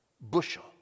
bushel